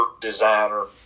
designer